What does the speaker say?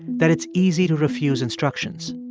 that it's easy to refuse instructions.